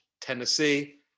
tennessee